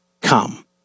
come